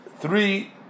three